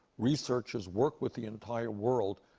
researchers, work with the entire world